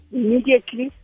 immediately